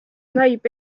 näib